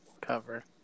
cover